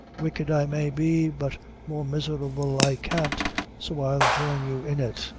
wicked i may be, but more miserable i can't so i'll join you in it.